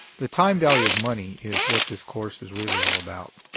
the time value of money is what this course is really all about.